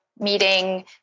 meeting